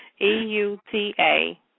E-U-T-A